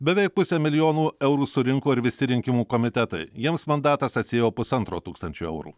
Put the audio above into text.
beveik pusę milijonų eurų surinko ir visi rinkimų komitetai jiems mandatas atsiėjo pusantro tūkstančio eurų